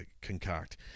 concoct